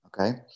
Okay